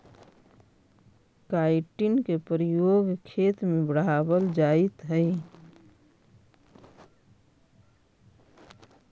chitin के प्रयोग खेत में बढ़ावल जाइत हई